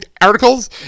articles